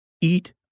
eat